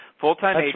full-time